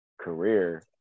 career